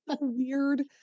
weird